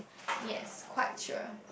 yes quite sure